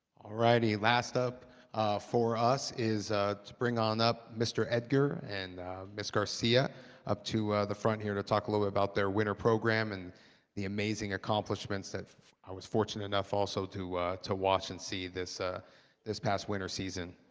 righty last up for us is ah to bring on up mr edgar and ms garcia up to the front here to talk a little bit about their winter program and the amazing accomplishments that i was fortunate enough also to to watch and see this ah this past winter season.